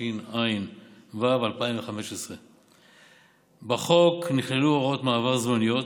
התשע"ו 2015. בחוק נכללו הוראות מעבר זמניות,